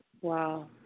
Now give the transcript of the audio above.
Wow